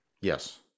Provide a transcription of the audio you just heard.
yes